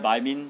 but I mean